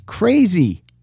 Crazy